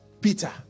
peter